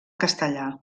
castellà